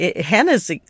Hannah's